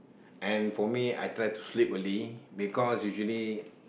and for me I try to sleep early because usually